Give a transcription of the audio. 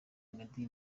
meddy